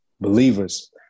believers